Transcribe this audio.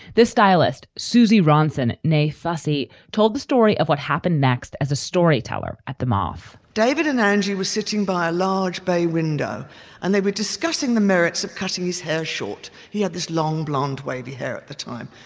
the stylist, susie ronson nay fusi told the story of what happened next as a storyteller at the moth david and angie was sitting by a large bay window and they were discussing the merits of cutting his hair short. he had this long blond, wavy hair at the time.